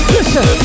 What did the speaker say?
Listen